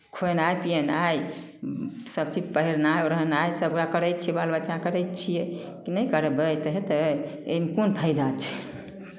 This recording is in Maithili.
खुएनाइ पिएनाइ सभचीज पहिरनाइ ओढ़नाइ सभ ओकरा करै छियै बाल बच्चाके करै छियै की नहि करबै तऽ हेतै एहिमे कोन फाइदा छै